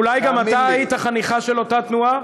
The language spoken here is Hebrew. אולי גם אתה היית חניכהּ של אותה תנועה,